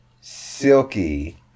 Silky